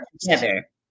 together